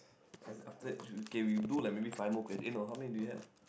and after that you okay we do like five more quest~ eh no how many do you have